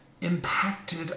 impacted